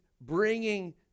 bringing